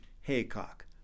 haycock